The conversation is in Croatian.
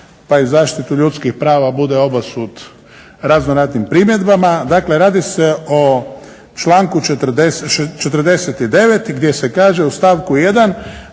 pa i zaštitu ljudskih prava bude obasut razno raznim primjedbama. Dakle, radi se o članku 49. gdje se kaže u stavku 1.